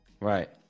Right